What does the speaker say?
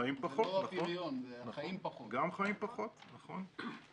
גם חיים פחות, נכון.